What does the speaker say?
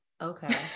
okay